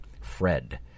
Fred